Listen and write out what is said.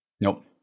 Nope